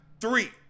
three